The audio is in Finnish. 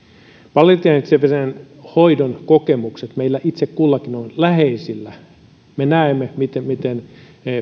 palliatiivisen hoidon kokemuksia meillä itse kullakin on läheisten kautta me näemme miten miten